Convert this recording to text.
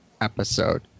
episode